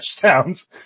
touchdowns